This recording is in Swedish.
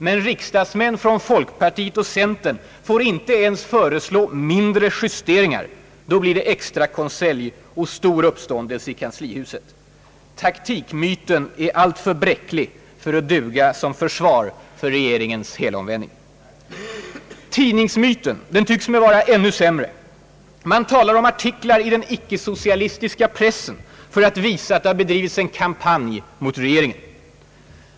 Men riksdagsmän från folkpartiet och centern får inte ens föreslå mindre justeringar — då blir det extrakonselj och stor uppståndelse i kanslihuset. Taktikmyten är alltför bräcklig för att duga som försvar för regeringens helomvändning. Tidningsmyten tycks mig vara ännu sämre. Man talar om artiklar i den ickesocialistiska pressen för att visa att det har bedrivits en kampanj mot regeringen.